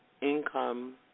income